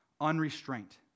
unrestraint